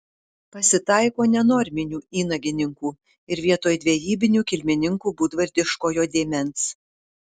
pasitaiko nenorminių įnagininkų ir vietoj dvejybinių kilmininkų būdvardiškojo dėmens